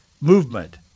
movement